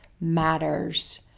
matters